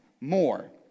more